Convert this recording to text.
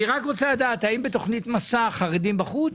אני רק רוצה לדעת, האם בתכנית 'מסע' החרדים בחוץ?